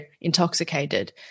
intoxicated